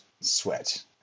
sweat